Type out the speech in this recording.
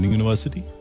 university